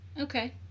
Okay